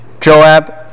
Joab